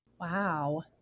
Wow